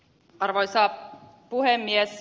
arvoisa puhemies